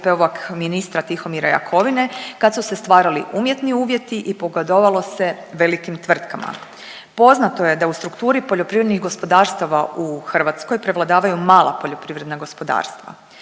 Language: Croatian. SDP-ovog ministra Tihomira Jakovine kad su se stvarali umjetni uvjeti i pogodovalo se velikim tvrtkama. Poznato je da u strukturi poljoprivrednih gospodarstava u Hrvatskoj prevladavaju mala poljoprivredna gospodarstva.